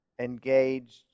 engaged